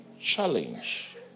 challenge